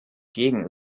gegen